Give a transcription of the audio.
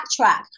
backtrack